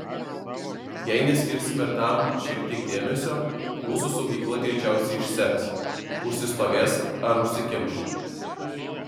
jei neskirsime tam šiek tiek dėmesio mūsų saugykla greičiausiai išseks užsistovės ar užsikimš